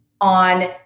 on